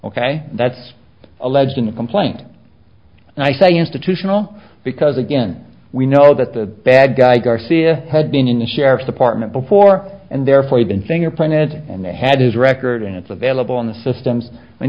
ok that's alleged in the complaint and i say institutional because again we know that the bad guy garcia had been in the sheriff's department before and therefore had been fingerprinted and they had his record and it's available on the systems